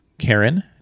Karen